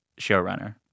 showrunner